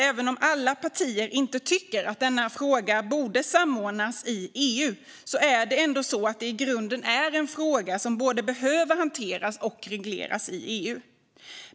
Även om alla partier inte tycker att denna fråga borde samordnas i EU är det ändå i grunden en fråga som behöver både hanteras och regleras i EU.